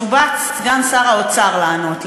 שובץ סגן שר האוצר לענות,